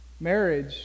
Marriage